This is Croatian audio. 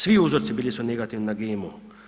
Svi uzorci bili su negativni na GMO.